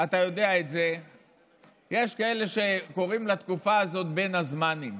יש כאלה שקוראים לתקופה הזאת "בין הזמנים".